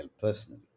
personally